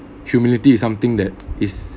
humility is something that is